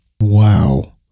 wow